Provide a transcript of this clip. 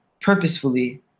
purposefully